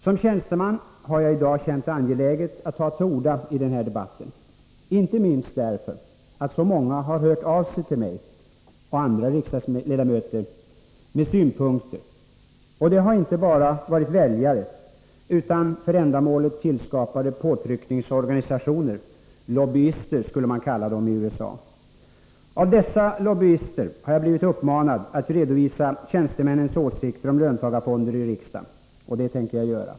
Som tjänsteman har jag i dag känt det angeläget att ta till orda i denna debatt, inte minst därför att så många har hört av sig till mig och andra riksdagsledamöter med synpunkter. Det har inte bara varit väljare utan även för ändamålet tillskapade påtryckningsorganisationer — lobbyister skulle man kalla dem i USA. Av dessa lobbyister har jag blivit uppmanad att i riksdagen redovisa tjänstemännens åsikter om löntagarfonder. Och det tänker jag göra.